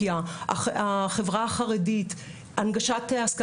מטעם החלטת ממשלה